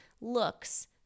looks